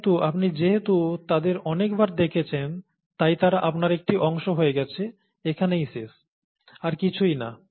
কিন্তু আপনি যেহেতু তাদের অনেক বার দেখেছেন তাই তারা আপনার একটি অংশ হয়ে গেছে এখানেই শেষ আর কিছু না